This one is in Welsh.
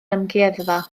amgueddfa